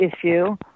issue